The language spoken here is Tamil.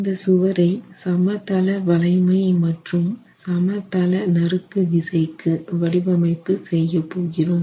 இந்த சுவரை சமதள வளைமை மற்றும் சமதள நறுக்குவிசைக்கு வடிவமைப்பு செய்யப் போகிறோம்